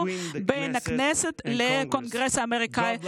בין הכנסת לקונגרס האמריקאי.